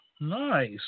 nice